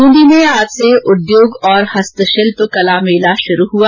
बून्दी में आज से उद्योग और हस्त शिल्प कला मेला शुरु हुआ